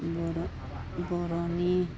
बर' बर'नि